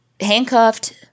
handcuffed